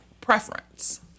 preference